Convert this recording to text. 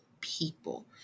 people